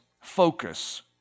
focus